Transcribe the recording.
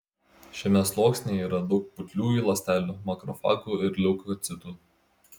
šiame sluoksnyje yra daug putliųjų ląstelių makrofagų ir leukocitų